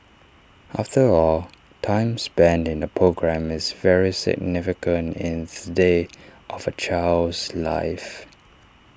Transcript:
after all time spent in A programme is very significant in the day of A child's life